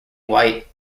white